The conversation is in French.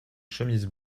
chemises